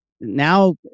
now